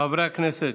חברי הכנסת,